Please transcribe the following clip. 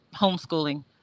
homeschooling